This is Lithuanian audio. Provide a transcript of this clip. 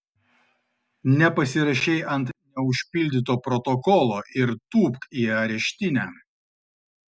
nepasirašei ant neužpildyto protokolo ir tūpk į areštinę